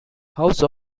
house